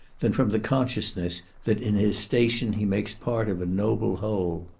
than from the consciousness that in his station he makes part of a noble whole.